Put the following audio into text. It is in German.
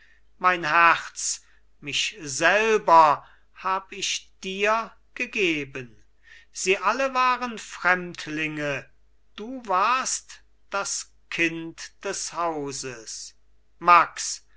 mein herz mich selber hab ich dir gegeben sie alle waren fremdlinge du warst das kind des hauses max